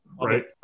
right